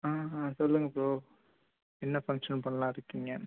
ஆ ஆ சொல்லுங்கள் ப்ரோ என்ன ஃபங்க்ஷன் பண்ணலானு இருக்கீங்க